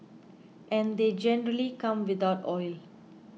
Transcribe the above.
and they generally come without oil